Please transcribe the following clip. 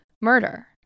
murder